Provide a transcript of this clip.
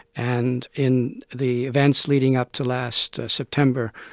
and in the events leading up to last september,